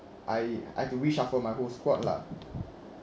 I I have to reshuffle my whole squad lah